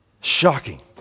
Shocking